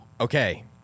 okay